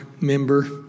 member